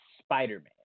Spider-Man